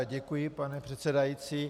Děkuji, pane předsedající.